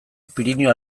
pirinio